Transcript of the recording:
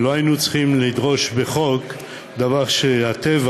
לא היינו צריכים לדרוש בחוק דבר שהטבע